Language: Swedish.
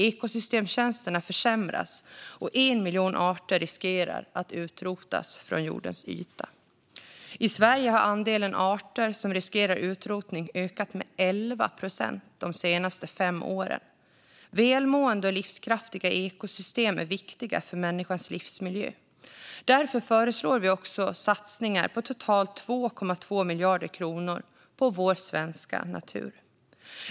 Ekosystemtjänsterna försämras, och 1 miljon arter riskerar att utrotas från jordens yta. I Sverige har andelen arter som riskerar utrotning ökat med 11 procent de senaste fem åren. Välmående och livskraftiga ekosystem är viktiga för människans livsmiljö. Därför föreslår vi satsningar på totalt 2,2 miljarder kronor på den svenska naturen.